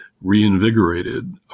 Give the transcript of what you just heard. reinvigorated